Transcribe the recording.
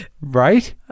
right